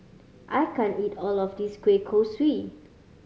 I can't eat all of this kueh kosui